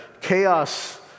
chaos